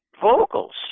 vocals